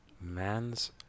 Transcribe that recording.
Mans